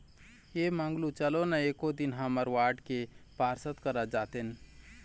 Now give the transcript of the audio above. ऐ मंगलू चलो ना एको दिन हमर वार्ड के पार्षद करा जातेन